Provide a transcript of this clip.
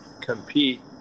compete